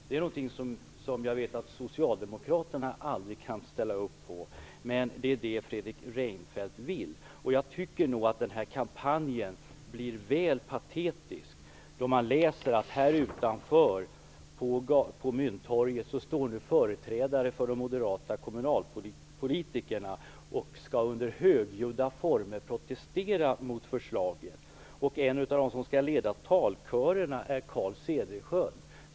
Det är någonting som jag vet att socialdemokraterna aldrig kan ställa upp på. Men det är det Fredrik Reinfeldt vill. Jag tycker nog att den här kampanjen blir väl patetisk då man läser att här utanför på Mynttorget nu står företrädare för de moderata kommunalpolitikerna som under högljudda former skall protestera mot förslaget. En av dem som skall leda talkörerna är Carl Cederschiöld.